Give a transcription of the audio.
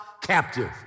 captive